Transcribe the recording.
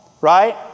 right